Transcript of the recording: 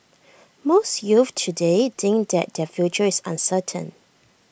most youths today think that their future is uncertain